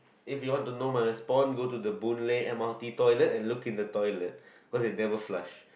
if you want to know my response go to the Boon Lay m_r_t toilet and look in the toilet cause they never flush